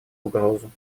угрозу